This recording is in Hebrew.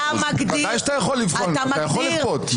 ודאי שאתה יכול לכפות.